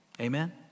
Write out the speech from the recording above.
Amen